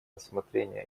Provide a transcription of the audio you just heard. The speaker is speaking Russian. рассмотрение